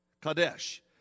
kadesh